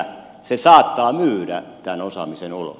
se saattaa myydä tämän osaamisen ulos